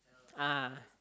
ah